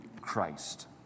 Christ